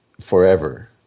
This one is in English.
forever